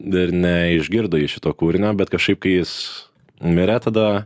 ir neišgirdo jis šito kūrinio bet kažkaip kai jis mirė tada